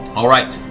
all right.